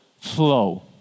flow